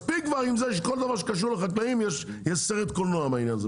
מספיק כבר עם זה שכל דבר שקשור לחקלאים יש סרט קולנוע מהעניין הזה.